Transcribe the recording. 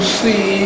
see